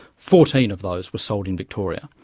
fourteen of those were sold in victoria.